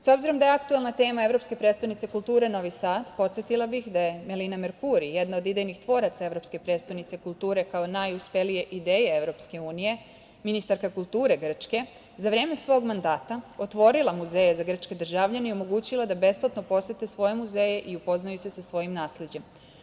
S obzirom da je aktuelna tema evropske prestonice kulture Novi Sad, podsetila bih da je Melina Merkuri, jedna od idejnih tvoraca evropske prestonice kulture kao najuspelije ideje EU, ministarka kulture Grčke, za vreme svog mandata otvorila muzeje za grčke državljane i omogućila da besplatno posete svoje muzeje i upoznaju se sa svojim nasleđem.